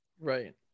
Right